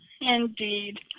Indeed